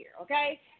Okay